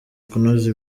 kunoza